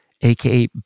aka